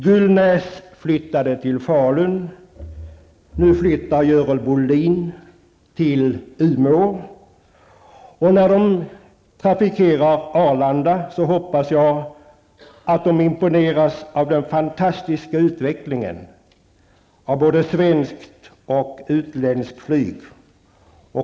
Gullnäs flyttade till Falun. Nu flyttar Görel Bohlin till Umeå. När de trafikerar Arlanda hoppas jag att de imponeras av den fantastiska utvecklingen av både svenskt och utländskt flyg.